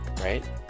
Right